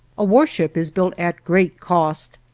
a warship is built at great cost,